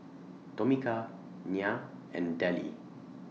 Tomika Nya and Dellie